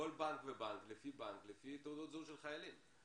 לכל בנק ובנק לפי תעודות זהות של חיילים.